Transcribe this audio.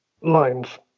lines